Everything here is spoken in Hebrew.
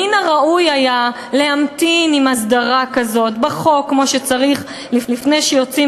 מן הראוי היה להמתין עם הסדרה כזאת בחוק כמו שצריך לפני שיוצאים